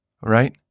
Right